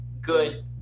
good